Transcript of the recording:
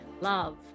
Love